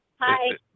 Hi